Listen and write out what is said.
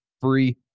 free